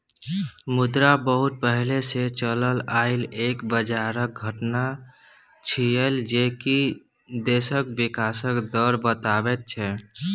मुद्रा बहुत पहले से चलल आइल एक बजारक घटना छिएय जे की देशक विकासक दर बताबैत छै